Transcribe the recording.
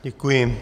Děkuji.